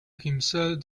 himself